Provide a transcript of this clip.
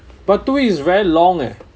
but two weeks is very long eh